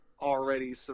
already